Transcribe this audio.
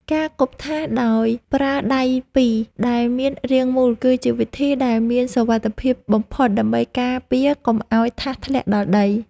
ការចាប់ថាសដោយប្រើដៃពីរដែលមានរាងមូល គឺជាវិធីដែលមានសុវត្ថិភាពបំផុតដើម្បីការពារកុំឱ្យថាសធ្លាក់ដល់ដី។